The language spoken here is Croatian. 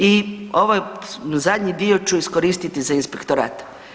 I ovaj zadnji dio ću iskoristiti za inspektorat.